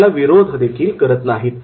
त्याला विरोध देखील करत नाहीत